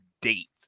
date